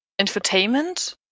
infotainment